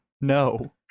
No